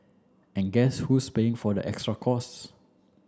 and guess who's paying for the extra costs